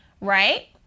right